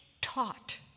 taught